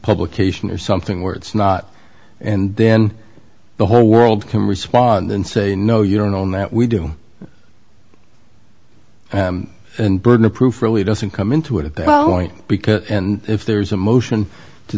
publication or something where it's not and then the whole world can respond and say no you don't own that we do and burden of proof really doesn't come into it at that point because if there's a motion to